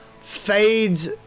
fades